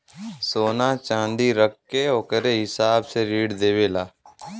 सोना च्नादी रख के ओकरे हिसाब से ऋण देवेला